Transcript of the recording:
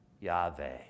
Yahweh